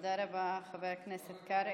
תודה רבה, חבר הכנסת קרעי.